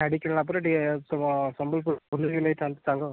ଶାଢ଼ୀ କିଣିଲାପରେ ଟିକିଏ ତୁମ ସମ୍ବଲପୁର ବୁଲେଇ ନେଇଥାନ୍ତୁ ସାଙ୍ଗ